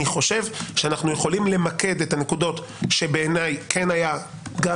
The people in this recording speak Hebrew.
אני חושב שאנחנו יכולים למקד את הנקודות שבעיניי כן היה גם